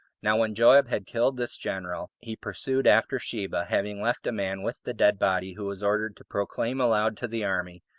now when joab had killed this general, he pursued after sheba, having left a man with the dead body, who was ordered to proclaim aloud to the army,